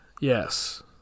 Yes